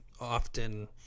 often